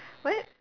what